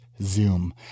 Zoom